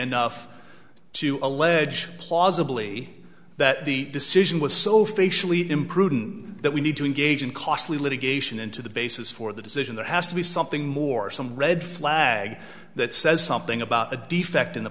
enough to allege plausibly that the decision was so facially imprudent that we need to engage in costly litigation into the basis for the decision that has to be something more some red flag that says something about the defect in the